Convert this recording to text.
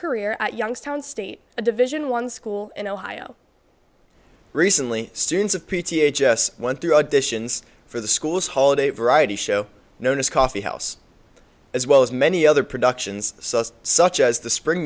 career at youngstown state a division one school in ohio recently students of p t a just went through auditions for the school's holiday variety show known as coffeehouse as well as many other productions such as the spring